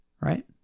right